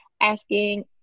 asking